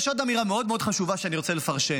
יש עוד אמירה מאוד מאוד חשובה שאני רוצה לפרשן,